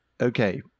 Okay